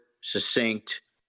succinct